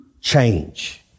change